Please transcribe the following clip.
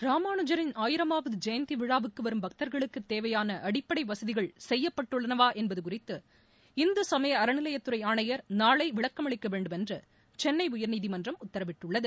ராமாலுஜரின் ஆயிரமாவது ஜெயந்தி விழாவுக்கு வரும் பக்தர்களுக்கு தேவையான அடிப்படை வசதிகள் செய்யப்பட்டுள்ளனவா என்பது குறித்து இந்து சமய அறநிலையத் துறை ஆணையர் நாளை விளக்கம் அளிக்க வேண்டும் என்று சென்னை உயர்நீதிமன்றம் உத்தரவிட்டுள்ளது